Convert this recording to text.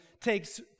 takes